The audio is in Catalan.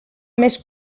més